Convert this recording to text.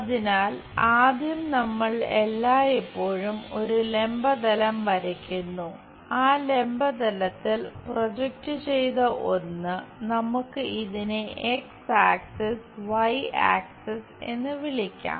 അതിനാൽ ആദ്യം നമ്മൾ എല്ലായ്പ്പോഴും ഒരു ലംബ തലം വരയ്ക്കുന്നു ഈ ലംബ തലത്തിൽ പ്രൊജക്റ്റ് ചെയ്ത ഒന്ന് നമുക്ക് ഇതിനെ എക്സ് ആക്സിസ് വൈ ആക്സിസ് എന്ന് വിളിക്കാം